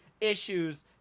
issues